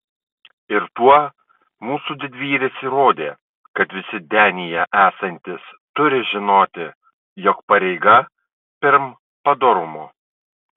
ir tuo mūsų didvyris įrodė kad visi denyje esantys turi žinoti jog pareiga pirm padorumo